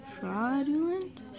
fraudulent